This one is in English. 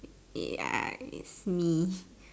ya it's me